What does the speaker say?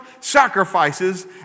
sacrifices